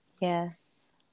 Yes